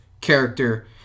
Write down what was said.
character